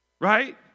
Right